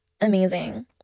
amazing